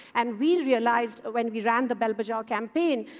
and we realized, when we ran the bell bajao campaign,